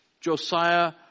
Josiah